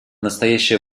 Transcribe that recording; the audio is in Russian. настоящее